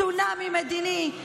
צונאמי מדיני.